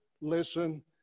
listen